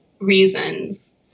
reasons